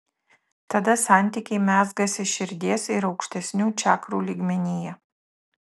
tada santykiai mezgasi širdies ir aukštesnių čakrų lygmenyje